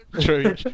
True